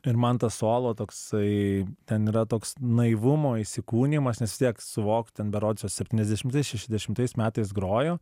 ir man tas solo toksai ten yra toks naivumo įsikūnijimas nes vis tiek suvok ten berods jos septyniasdešimtais šešiasdešimtais metais grojo